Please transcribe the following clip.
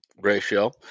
ratio